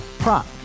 Prop